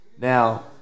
Now